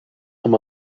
amb